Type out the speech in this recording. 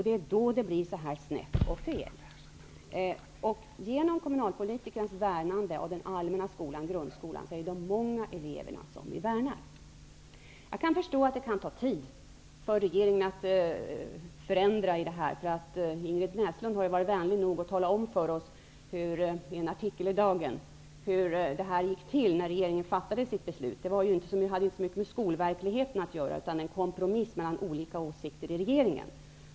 Det är då det blir så här snett och fel. Genom kommunalpolitikernas värnande av den allmänna skolan, grundskolan, är det de många eleverna vi värnar. Jag kan förstå att det kan ta tid för regeringen att förändra. Ingrid Näslund har varit vänlig nog att i en artikel i Dagen tala om för oss hur det gick till när regeringen fattade sitt beslut. Det hade inte så mycket med skolverkligheten att göra utan var en kompromiss mellan olika åsikter i regeringen.